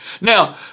Now